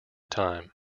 time